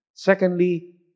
Secondly